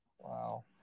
Wow